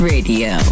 Radio